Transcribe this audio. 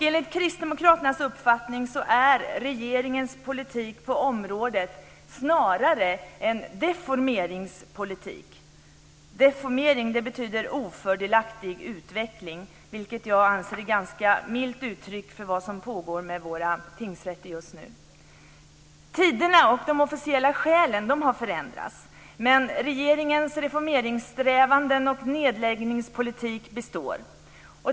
Enligt kristdemokraternas uppfattning är regeringens politik på området snarare en deformeringspolitik. Deformering betyder "ofördelaktig utveckling", vilket är ett ganska milt uttryck för vad som pågår med våra tingsrätter just nu. Tiderna - och de officiella skälen - har förändrats, men regeringens reformeringssträvanden och nedläggningspolitik består.